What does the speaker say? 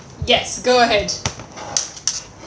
yes go ahead